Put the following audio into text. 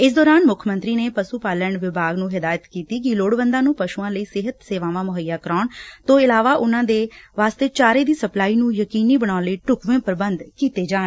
ਇਸ ਦੌਰਾਨ ਮੁੱਖ ਮੰਤਰੀ ਨੇ ਪਸੂ ਪਾਲਣ ਵਿਭਾਗ ਨੂੰ ਹਦਾਇਤ ਕੀਤੀ ਕਿ ਲੋੜਵੰਦਾਂ ਨੂੰ ਪਸੁਆਂ ਲਈ ਸਿਹਤ ਸੇਵਾਵਾਂ ਮੁੱਹਈਆ ਕਰਾਉਣ ਤੋਂ ਇਲਾਵ ਉਨਾਂ ਵਾਸਤੇ ਚਾਰੇ ਦੀ ਸਪਲਾਈ ਨੂੰ ਯਕੀਨੀ ਬਣਾਉਣ ਲਈ ਚੁਕਵੇਂ ਪ੍ਰੰਬੰਧ ਕੀਤੇ ਜਾਣ